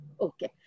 Okay